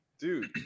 Dude